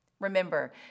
Remember